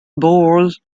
bores